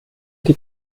die